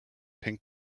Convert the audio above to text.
pink